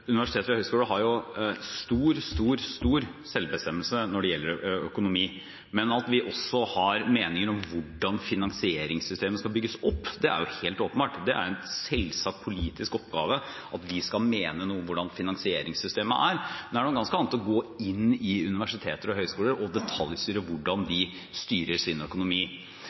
Universiteter og høyskoler har veldig stor selvbestemmelse når det gjelder økonomi, men at vi også har meninger om hvordan finansieringssystemet skal bygges opp, det er helt åpenbart. Det er en selvsagt politisk oppgave at vi skal mene noe om hvordan finansieringssystemet er. Men det er noe ganske annet å gå inn i universiteter og høyskoler og detaljstyre hvordan de styrer sin økonomi.